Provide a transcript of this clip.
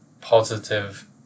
positive